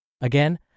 Again